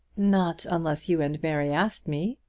not unless you and mary asked me.